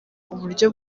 uburyo